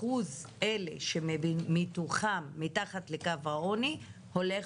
אחוז אלה שמתוכם מתחת לקו העוני הולך